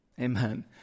amen